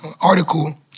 article